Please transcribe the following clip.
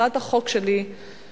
הצעת החוק שלי שמונחת